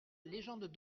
légende